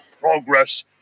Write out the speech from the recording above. progress